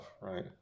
right